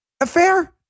affair